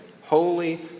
Holy